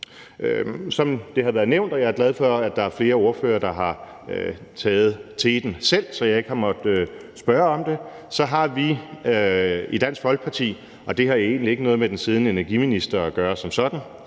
Som det har været nævnt – og jeg er glad for, at der er flere ordførere, der har taget teten selv, så jeg ikke har måttet spørge om det – har vi i Dansk Folkeparti, og det har egentlig ikke noget med den siddende energiminister at gøre som sådan,